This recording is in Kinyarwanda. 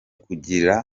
kugira